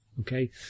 Okay